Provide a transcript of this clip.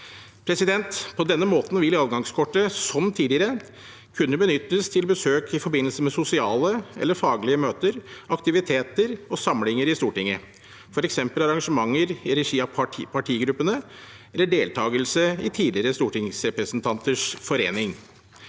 På denne måten vil adgangskortet, som tidligere, kunne benyttes til besøk i forbindelse med sosiale eller faglige møter, aktiviteter og samlinger i Stortinget, f.eks. arrangementer i regi av partigruppene eller deltagelse i Tidligere stortingsrepresentanters forening.